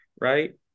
right